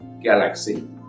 galaxy